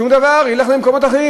שום דבר, ילך למקומות אחרים.